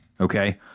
Okay